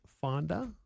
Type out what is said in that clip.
Fonda